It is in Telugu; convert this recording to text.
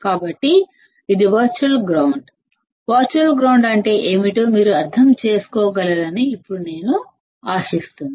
కాబట్టి ఇది వర్చువల్ గ్రౌండ్ వర్చువల్ గ్రౌండ్ అంటే ఏమిటో మీరు అర్థం చేసుకోగలరని ఇప్పుడు నేను ఆశిస్తున్నాను